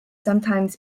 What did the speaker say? sometimes